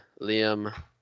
Liam